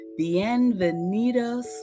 bienvenidos